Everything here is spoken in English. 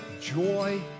joy